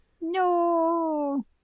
No